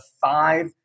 five